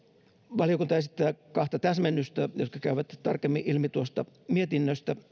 valiokunta esittää kahta täsmennystä jotka käyvät tarkemmin ilmi mietinnöstä